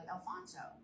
Alfonso